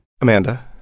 Amanda